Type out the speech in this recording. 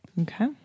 Okay